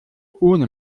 ohne